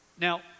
Now